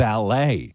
Ballet